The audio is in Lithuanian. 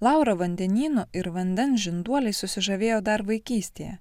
laura vandenynu ir vandens žinduoliais susižavėjo dar vaikystėje